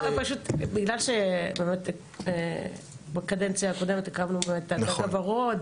בגלל שבקדנציה הקודמת הקמנו את הגג הוורוד